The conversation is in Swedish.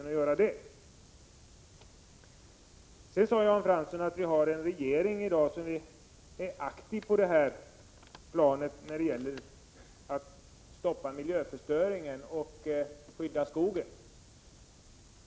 Jan Fransson sade att vi i dag har en regering som är aktiv när det gäller att stoppa miljöförstöringen och skydda skogen.